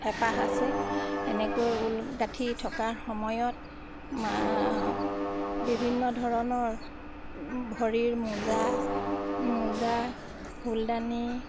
হেঁপাহ আছে এনেকৈ ঊল গাঁঠি থকাৰ সময়ত বিভিন্ন ধৰণৰ ভৰিৰ মোজা মোজা ফুলদানি